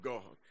God